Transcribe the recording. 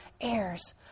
heirs